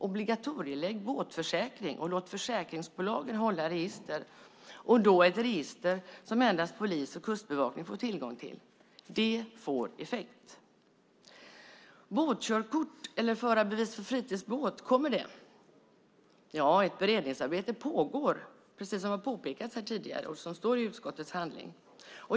Obligatorielägg båtförsäkring och låt försäkringsbolagen hålla register, och då ett register som endast polis och kustbevakning får tillgång till. Det får effekt. Båtkörkort eller förarbevis för fritidsbåt, kommer det? Ja, ett beredningsarbete pågår, precis som har påpekats tidigare och som står i utskottets handling.